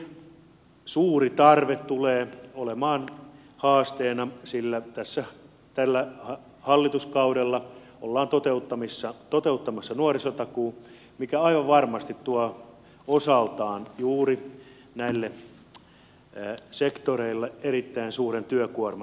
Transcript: resurssien suuri tarve tulee olemaan haasteena sillä tällä hallituskaudella ollaan toteuttamassa nuorisotakuu mikä aivan varmasti tuo osaltaan juuri näille sektoreille erittäin suuren työkuorman